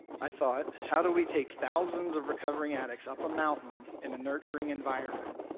i thought, how do we take thousands of recovering addicts up a mountain in a nurturing environment?